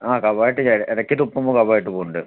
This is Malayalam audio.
ആ കഫമായിട്ട് ഇടയ്ക്ക് തുപ്പുമ്പോൾ കഫമായിട്ട് പോണുണ്ട്